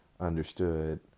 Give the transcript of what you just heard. understood